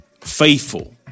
faithful